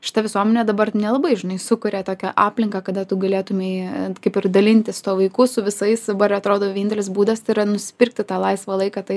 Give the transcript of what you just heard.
šita visuomenė dabar tai nelabai žinai sukuria tokią aplinką kada tu galėtumei kaip ir dalintis tuo vaiku su visais dabar atrodo vienintelis būdas tai yra nusipirkti tą laisvą laiką tai